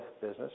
business